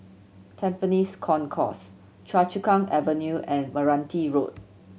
Tampines Concourse Choa Chu Kang Avenue and Meranti Road